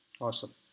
awesome